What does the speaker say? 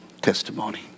testimony